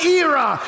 era